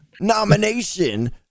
nomination